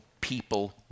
people